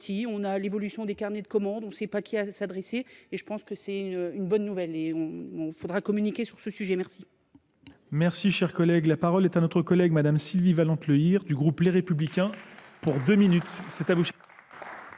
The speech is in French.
on a l'évolution des carnets de commandes, on ne sait pas qui s'adresser et je pense que c'est une bonne nouvelle et on faudra communiquer sur ce sujet, merci. Merci chers collègues, la parole est à notre collègue madame Sylvie Valente-Lehir du groupe Les Républicains pour deux minutes.